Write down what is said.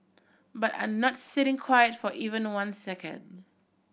but are not sitting quiet for even one second